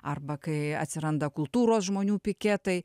arba kai atsiranda kultūros žmonių piketai